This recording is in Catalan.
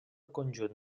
conjunt